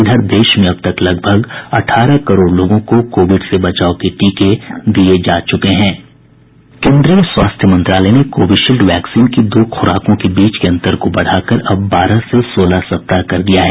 इधर देश में अब तक लगभग अठारह करोड़ लोगों को कोविड से बचाव के टीके दिये जा चुके हैं केन्द्रीय स्वास्थ्य मंत्रालय ने कोविशील्ड वैक्सीन की दो खुराकों के बीच के अंतर को बढ़ाकर अब बारह से सोलह सप्ताह कर दिया है